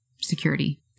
security